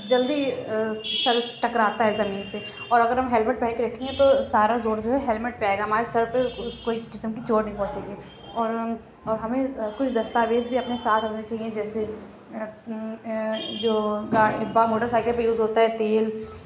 جلدی سر ٹکراتا ہے زمین سے اور اگر ہم ہیلمٹ پہن کے رکھیں گے تو سارا زور جو ہے ہیلمٹ پہ آئے گا ہمارے سر پہ کوئی قسم کی چوٹ نہیں پہونچے گی اور اور ہمیں کچھ دستاویز بھی اپنے ساتھ رکھنے چاہیے جیسے جو موٹر سائکل پہ یوز ہوتا تیل